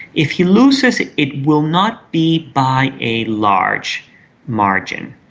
if he loses it it will not be by a large margin,